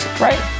Right